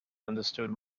understood